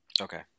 Okay